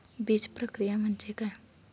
बीजप्रक्रिया म्हणजे काय?